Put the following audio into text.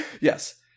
Yes